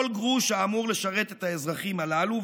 כל גרוש שאמור לשרת את האזרחים הללו,